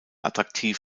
attraktiv